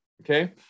okay